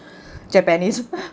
japanese